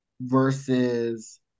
versus